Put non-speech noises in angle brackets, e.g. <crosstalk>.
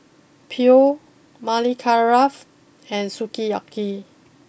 <unintelligible> Maili <unintelligible> and Sukiyaki